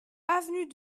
avenue